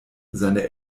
seine